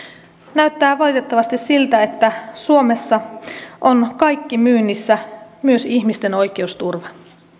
näyttää valitettavasti siltä että suomessa on kaikki myynnissä myös ihmisten oikeusturva